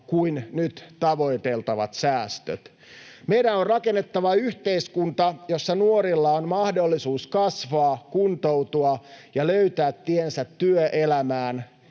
kuin nyt tavoiteltavat säästöt. Meidän on rakennettava yhteiskunta, jossa nuorilla on mahdollisuus kasvaa, kuntoutua ja löytää tiensä työelämään,